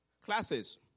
classes